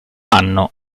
anno